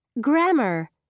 Grammar